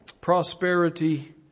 prosperity